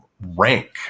rank